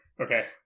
Okay